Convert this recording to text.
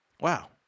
Wow